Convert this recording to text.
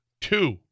two